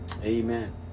Amen